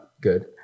good